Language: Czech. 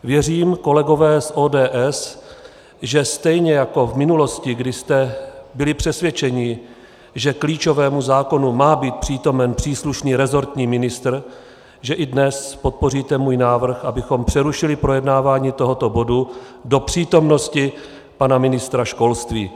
Věřím, kolegové z ODS, že stejně jako v minulosti, kdy jste byli přesvědčeni, že klíčovému zákonu má být přítomen příslušný resortní ministr, i dnes podpoříte můj návrh, abychom přerušili projednávání tohoto bodu do přítomnosti pana ministra školství.